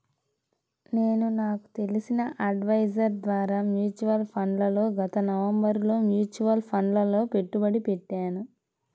నేను నాకు తెలిసిన అడ్వైజర్ ద్వారా మ్యూచువల్ ఫండ్లలో గత నవంబరులో మ్యూచువల్ ఫండ్లలలో పెట్టుబడి పెట్టాను